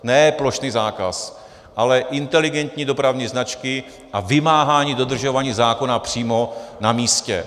Ne plošný zákaz, ale inteligentní dopravní značky a vymáhání dodržování zákona přímo na místě.